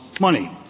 money